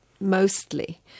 mostly